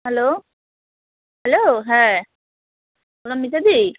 hello hello হ্যাঁ hello Mita দি